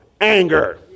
anger